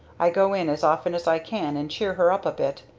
i go in as often as i can and cheer her up a bit.